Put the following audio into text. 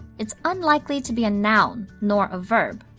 it's unlikely to be a noun nor a verb.